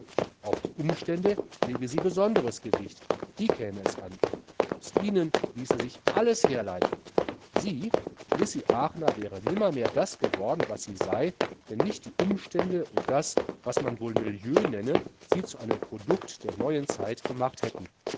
auf die umstände lege sie besonderes gewicht auf die käme es an aus ihnen ließe sich alles herleiten sie lissy aachner wäre nimmermehr das geworden was sie sei wenn nicht die umstände und das was man wohl milieu nenne sie zu einem produkt der neuen zeit gemacht hätten